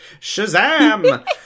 Shazam